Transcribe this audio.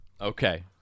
okay